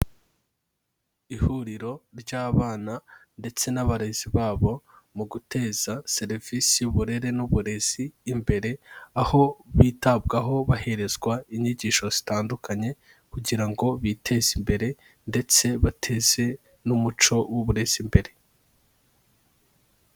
Ihuriro ry'abana ndetse n'abarezi babo mu guteza serivisi y'uburere n'uburezi imbere, aho bitabwaho baherezwa inyigisho zitandukanye kugira ngo biteze imbere ndetse bateze n'umuco w'uburezi imbere.